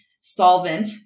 solvent